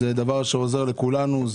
זה דבר שעוזר לכולנו,